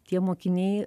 tie mokiniai